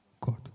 God